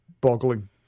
boggling